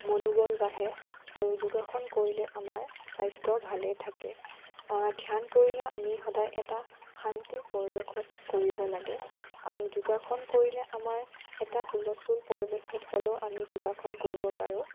মনোবল বাঢ়ে আৰু যোগাসন কৰিলে আমাৰ স্বাস্থ্য ভালে থাকে ধ্যান কৰিলে আমি সদায় এটা শান্তি পৰিৱেশত কৰিব লাগে আৰু যোগাসন কৰিলে আমাৰ এটা হুলস্থুল পৰিৱেশত হ'লেও আমি যোগাসন কৰিব পাৰোঁ